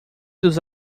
dos